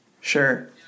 Sure